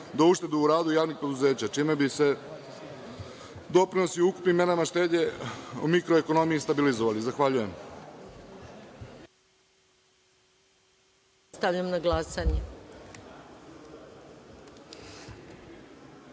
do uštede u radu javnih preduzeća, čime bi se doprinosi u ukupnim merama štednje u mikroekonomiji stabilizovali. Zahvaljujem.